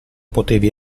potevi